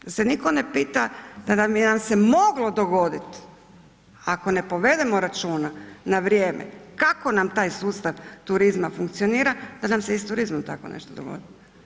Zar se nitko ne pita da bi nam se moglo dogoditi, ako ne povedemo računa na vrijeme kako nam taj sustav turizma funkcionira da nam se i sa turizmom tako nešto dogodi.